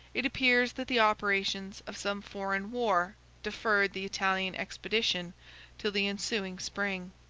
it appears that the operations of some foreign war deferred the italian expedition till the ensuing spring.